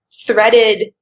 threaded